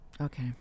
Okay